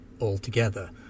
altogether